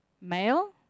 male